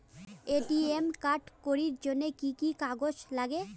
ATM card করির জন্যে কি কি কাগজ নাগে?